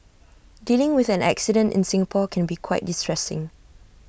dealing with an accident in Singapore can be quite distressing